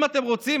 אם אתם רוצים,